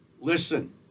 listen